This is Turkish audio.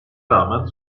rağmen